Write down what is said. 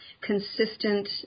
consistent